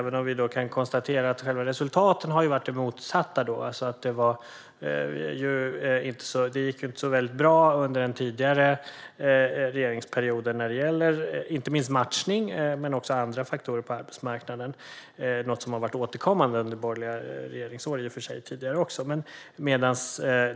Men vi kan konstatera att själva resultaten har varit de motsatta. Det gick inte så väldigt bra under den tidigare regeringsperioden, inte minst när det gällde matchning men inte heller andra faktorer på arbetsmarknaden. Detta har i och för sig varit återkommande under tidigare borgerliga regeringsår.